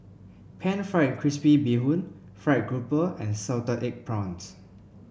pan fried crispy Bee Hoon fried grouper and Salted Egg Prawns